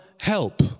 help